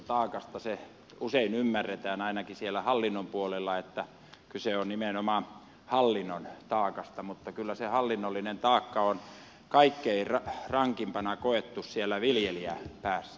se usein ymmärretään ainakin siellä hallinnon puolella niin että kyse on nimenomaan hallinnon taakasta mutta kyllä se hallinnollinen taakka on kaikkein rankimpana koettu siellä viljelijäpäässä